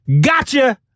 Gotcha